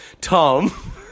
Tom